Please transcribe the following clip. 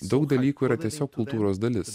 daug dalykų yra tiesiog kultūros dalis